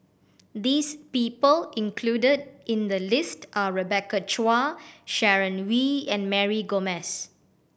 this people included in the list are Rebecca Chua Sharon Wee and Mary Gomes